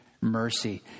mercy